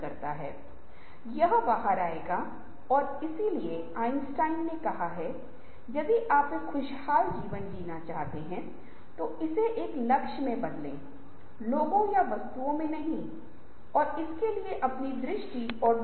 और पर्ची लिखने से पहले और उसके दौरान समूह के सदस्यों को जल्दबाजी में रखें और उन्हें अपने मन में आने वाले कई विकल्पों को लिखने के लिए कहें